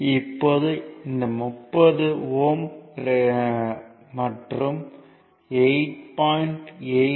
இப்போது இந்த 30 Ω மற்றும் 8